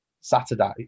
Saturday